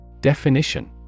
Definition